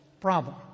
problem